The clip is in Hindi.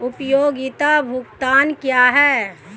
उपयोगिता भुगतान क्या हैं?